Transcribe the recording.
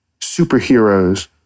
superheroes